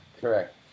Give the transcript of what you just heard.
correct